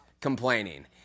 complaining